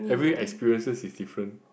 every experiences is different